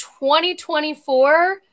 2024